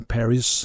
Paris